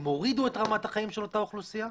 הן הורידו את רמת החיים של אותה אוכלוסייה,